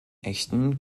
echten